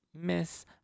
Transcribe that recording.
miss